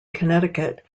connecticut